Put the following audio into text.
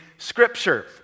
Scripture